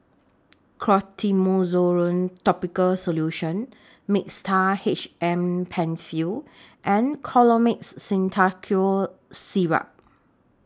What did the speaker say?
Clotrimozole Topical Solution Mixtard H M PenFill and Colimix Simethicone Syrup